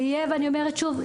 אני אומרת שוב,